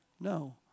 No